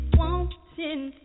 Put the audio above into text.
wanting